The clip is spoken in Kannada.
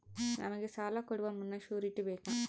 ನಮಗೆ ಸಾಲ ಕೊಡುವ ಮುನ್ನ ಶ್ಯೂರುಟಿ ಬೇಕಾ?